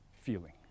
feeling